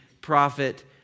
prophet